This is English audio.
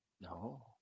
No